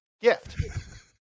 gift